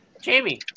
Jamie